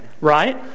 right